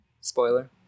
spoiler